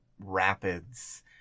rapids